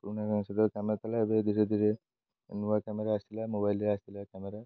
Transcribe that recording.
ପୁରୁଣା କ୍ୟାମେରା ସହିତ କାମ ଥିଲା ଏବେ ଧୀରେ ଧରେ ନୂଆ କ୍ୟାମେରା ଆସିଥିଲା ମୋବାଇଲରେ ଆସିଥିଲା କ୍ୟାମେରା